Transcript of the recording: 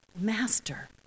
Master